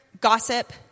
gossip